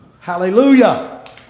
Hallelujah